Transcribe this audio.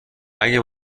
اگه